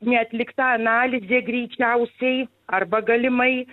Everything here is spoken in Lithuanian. neatlikta analizė greičiausiai arba galimai